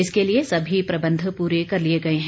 इसके लिए सभी प्रबंध पूरे कर लिए गए हैं